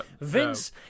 Vince